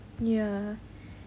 ya